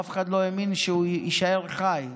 ואף אחד לא האמין שהוא יישאר חי.